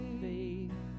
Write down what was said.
faith